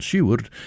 Seward